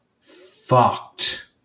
fucked